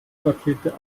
pakete